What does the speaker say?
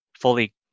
fully